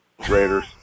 Raiders